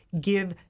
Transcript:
give